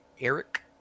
Eric